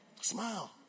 smile